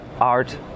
art